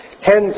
Hence